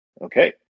Okay